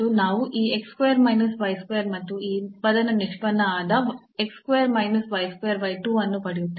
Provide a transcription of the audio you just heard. ನಾವು ಈ x square minus y square ಮತ್ತು ಈ ಪದದ ನಿಷ್ಪನ್ನ ಆದ x square minus y square by 2 ಅನ್ನು ಪಡೆಯುತ್ತೇವೆ